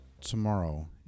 tomorrow